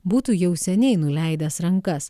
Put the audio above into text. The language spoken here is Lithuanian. būtų jau seniai nuleidęs rankas